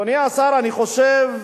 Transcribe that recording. אדוני השר, אני חושב,